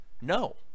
No